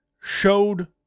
showed